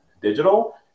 Digital